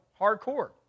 hardcore